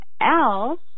else